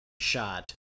shot